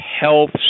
health